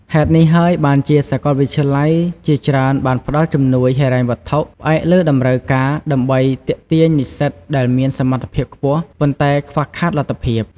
ហេតុនេះហើយបានជាសាកលវិទ្យាល័យជាច្រើនបានផ្ដល់ជំនួយហិរញ្ញវត្ថុផ្អែកលើតម្រូវការ ដើម្បីទាក់ទាញនិស្សិតដែលមានសមត្ថភាពខ្ពស់ ប៉ុន្តែខ្វះខាតលទ្ធភាព។